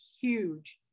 huge